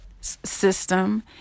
system